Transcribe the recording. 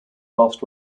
last